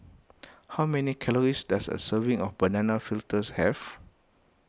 how many calories does a serving of Banana Fritters have